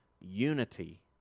unity